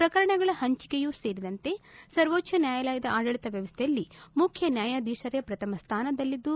ಪ್ರಕರಣಗಳ ಪಂಚಿಕೆಯೂ ಸೇರಿದಂತೆ ಸವೋಚ್ಚ ನ್ಯಾಯಾಲಯದ ಆಡಳಿತ ವ್ಯವಸ್ಥೆಯಲ್ಲಿ ಮುಖ್ಯನ್ಯಾಯಾಧೀಶರೇ ಪ್ರಥಮ ಸ್ವಾನದಲ್ಲಿದ್ದು